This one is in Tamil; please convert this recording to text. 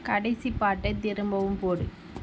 கடைசி பாட்டை திரும்பவும் போடு